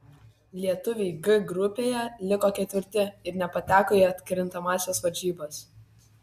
lietuviai g grupėje liko ketvirti ir nepateko į atkrintamąsias varžybas